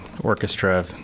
orchestra